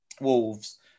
Wolves